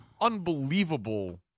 unbelievable